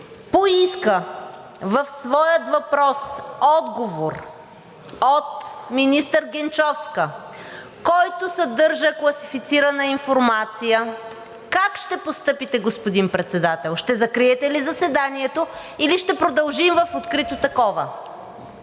поиска в своя въпрос отговор от министър Генчовска, който съдържа класифицирана информация, как ще постъпите, господин Председател? Ще закриете ли заседанието, или ще продължим в открито такова?